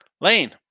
Lane